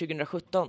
2017